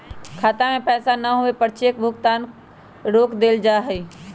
खाता में पैसा न होवे पर चेक भुगतान रोक देयल जा हई